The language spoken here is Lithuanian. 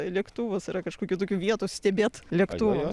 lėktuvas yra kažkokių tokių vietų stebėt lėktuvus